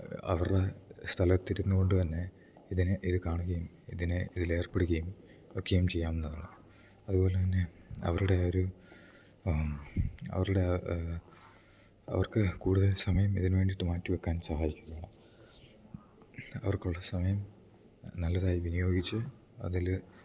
അവരുടെ സ്ഥലത്ത് ഇരുന്നു കൊണ്ട് തന്നെ ഇതിനെ ഇത് കാണുകയും ഇതിനെ ഇതിൽ ഏർപ്പെടുകയും ഒക്കെയും ചെയ്യാവുന്നതാണ് അതുപോലെ തന്നെ അവരുടെ ഒരു അവരുടെ അവർക്ക് കൂടുതൽ സമയം ഇതിന് വേണ്ടിയിട്ട് മാറ്റിവയ്ക്കാൻ സഹായിക്കുകയാണ് അവർക്കുള്ള സമയം നല്ലതായി വിനിയോഗിച്ചു അതിൽ